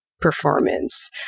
performance